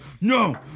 no